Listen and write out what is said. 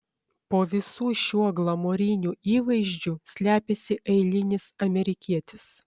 po visu šiuo glamūriniu įvaizdžiu slepiasi eilinis amerikietis